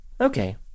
Okay